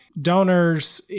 donors